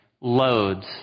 loads